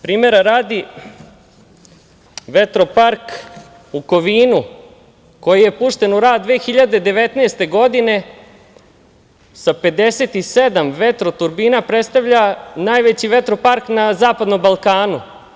Primera radi, vetropark u Kovinu koji je pušten u rad 2019. godine sa 57 vertroturbina predstavlja najveći vetropark na Zapadnom Balkanu.